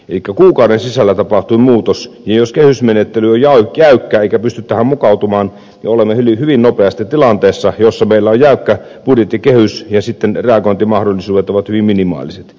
elikkä kuukauden sisällä tapahtui muutos ja jos kehysmenettely on jäykkä eikä pysty tähän mukautumaan olemme hyvin nopeasti tilanteessa jossa meillä on jäykkä budjettikehys ja sitten reagointimahdollisuudet ovat hyvin minimaaliset